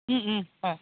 হয়